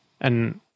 And-